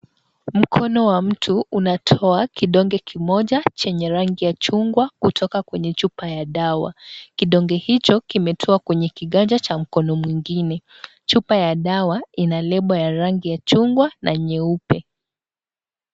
Mkono wa mtu unatoa kidonge kimoja chenye rangi ya chungwa kutoka kwenye chupa ya dawa kidonge hicho kimetoka kwa kiganja cha mkono mwingine chupa ya dawa inalebo ya rangi ya chungwa na nyeupe .